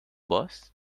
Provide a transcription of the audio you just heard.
boss